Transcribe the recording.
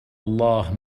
الله